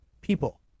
people